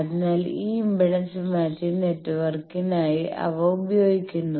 അതിനാൽ ഈ impedance matching നെറ്റ്വർക്കിനായി അവ ഉപയോഗിക്കുന്നു